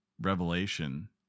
revelation